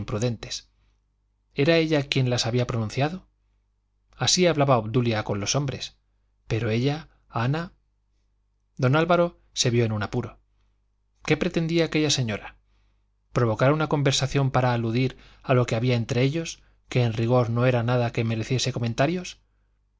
era ella quien las había pronunciado así hablaba obdulia con los hombres pero ella ana don álvaro se vio en un apuro qué pretendía aquella señora provocar una conversación para aludir a lo que había entre ellos que en rigor no era nada que mereciese comentarios